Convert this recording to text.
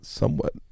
somewhat